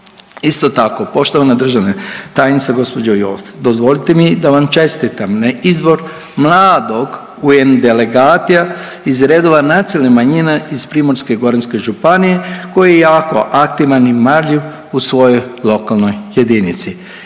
Isto tako, poštovana državna tajnice, gđo .../Govornik se ne razumije./... dozvolite mi da vam čestitam na izbor mladog UN delegata iz redova nacionalne manjine iz Primorske-goranske županije koji je jako aktivan i marljiv u svojoj lokalnoj jedinici.